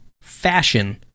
fashion